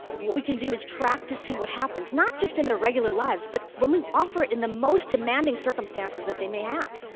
what we can do is track to see what happens, not just in their regular lives but when we offer it in the most demanding circumstances that they may have.